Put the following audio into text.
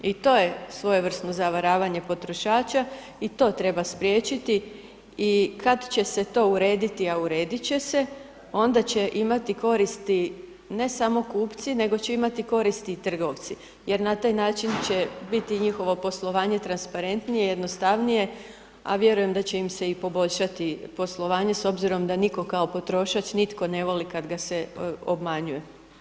I to je svojevrsno zavaravanje potrošača i to treba spriječiti i kada će se to urediti, a urediti će se, onda će imati koristi ne samo kupci, nego će imate i koriti i trgovci, jer na taj način će biti njihovo poslovanje transparentniji i jednostavnije, a vjerujem da će im se i poboljšati poslovanje, s obzirom da nitko kao potrošač nitko ne voli kada ga se obmanjuje.